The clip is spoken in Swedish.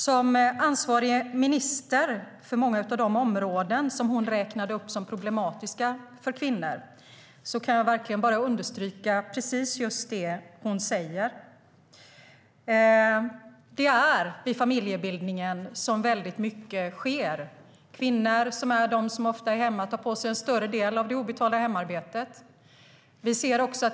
Som ansvarig minister för många av de områden som hon räknade upp som problematiska för kvinnor kan jag verkligen hålla med om det som hon sa. Det är vid familjebildningen som mycket sker. Kvinnorna är de som ofta är hemma och tar på sig en större del av det obetalda hemarbetet.